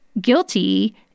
guilty